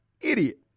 idiot